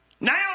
Now